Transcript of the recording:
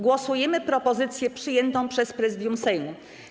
Głosujemy nad propozycją przyjętą przez Prezydium Sejmu.